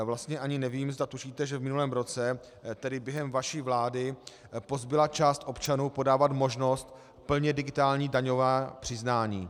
Vlastně ani nevím, zda tušíte, že v minulém roce, tedy během vaší vlády, pozbyla část občanů možnost podávat plně digitální daňová přiznání.